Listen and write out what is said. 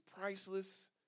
priceless